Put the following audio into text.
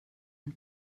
and